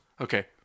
Okay